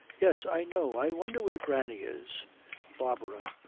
yes, i know, i wonder where granny is barbara.